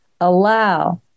Allow